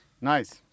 nice